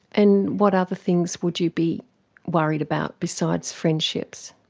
and what other things would you be worried about besides friendships?